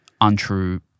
untrue